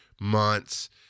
months